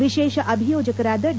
ವಿಶೇಷ ಅಭಿಯೋಜಕರಾದ ಡಿ